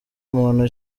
muntu